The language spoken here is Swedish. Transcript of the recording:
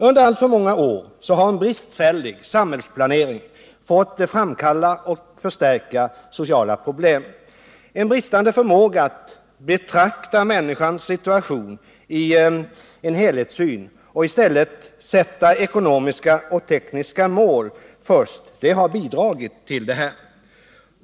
Under alltför många år har en bristfällig samhällsplanering fått framkalla och förstärka sociala problem. En bristande förmåga att betrakta människans situation i en helhetssyn och i stället sätta ekonomiska och tekniska mål först har bidragit till detta.